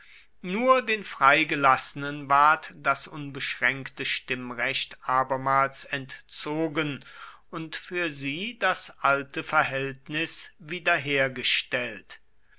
nur den freigelassenen ward das unbeschränkte stimmrecht abermals entzogen und für sie das alte verhältnis wiederhergestellt